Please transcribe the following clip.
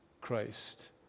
Christ